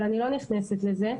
אבל אני לא נכנסת לזה.